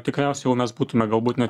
tikriausiai jau mes būtume galbūt net